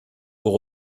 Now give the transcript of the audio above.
pour